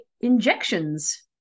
injections